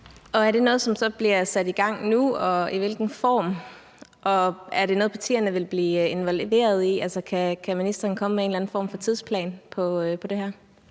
Er det noget, som så bliver sat i gang nu, og i hvilken form, og er det noget, partierne vil blive involveret i? Kan ministeren komme med en eller anden form for tidsplan for det her?